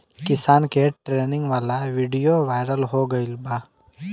किसान के ट्रेनिंग वाला विडीओ वायरल हो गईल बा